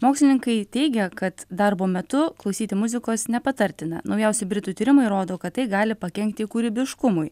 mokslininkai teigia kad darbo metu klausyti muzikos nepatartina naujausi britų tyrimai rodo kad tai gali pakenkti kūrybiškumui